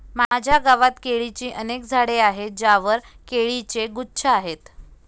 माझ्या गावात केळीची अनेक झाडे आहेत ज्यांवर केळीचे गुच्छ आहेत